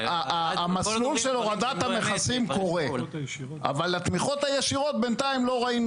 המסלול של הורדת המכסים קורה אבל התמיכות הישירות בינתיים לא ראינו